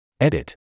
Edit